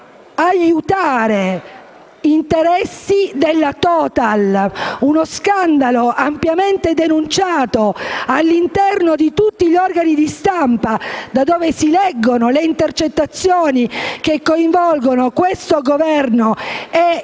gli interessi della Total. Uno scandalo ampiamente denunciato da tutti gli organi di stampa che riportano le intercettazioni che coinvolgono questo Governo e